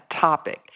topic